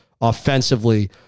Offensively